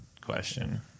question